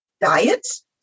diets